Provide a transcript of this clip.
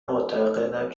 معتقدم